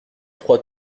trois